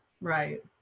Right